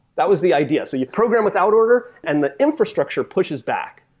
that was the idea. so you program without order, and the infrastructure pushes back,